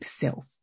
self